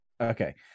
Okay